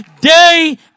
Day